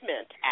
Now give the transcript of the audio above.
Act